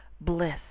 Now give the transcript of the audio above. bliss